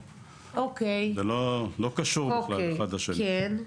זה לא קשור בכלל אחד לשני.